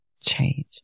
change